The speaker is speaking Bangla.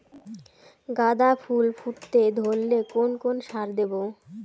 গাদা ফুল ফুটতে ধরলে কোন কোন সার দেব?